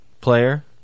player